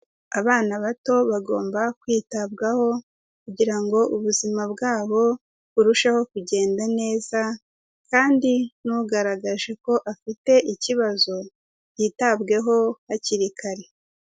Abana bato, bagomba kwitabwaho, kugira ngo ubuzima bwabo, burusheho kugenda neza, kandi nugaragaje ko afite ikibazo, yitabweho hakiri kare.